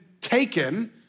taken